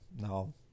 No